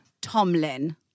Tomlin